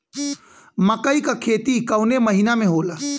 मकई क खेती कवने महीना में होला?